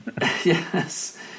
Yes